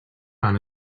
ana